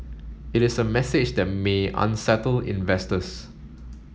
it is a message that may unsettle investors